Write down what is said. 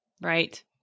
Right